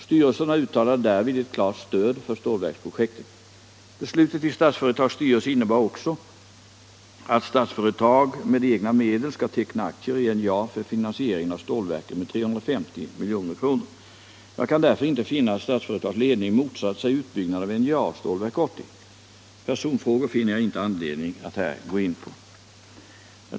Styrelserna uttalade därvid ett klart stöd för stålverksprojektet. Beslutet i Statsföretags styrelse innebar också att Statsföretag med egna medel skall teckna aktier i NJA för finansieringen av stålverket med 350 milj.kr. Jag kan därför inte finna att Statsföretags ledning motsatt sig utbyggnaden av NJA och Stålverk 80. Personfrågor finner jag inte anledning att här gå in på.